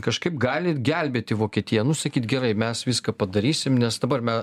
kažkaip gali gelbėti vokietiją nu sakyt gerai mes viską padarysim nes dabar me